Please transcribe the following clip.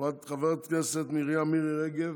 חברת הכנסת מרים מירי רגב,